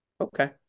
okay